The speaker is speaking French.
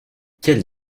quel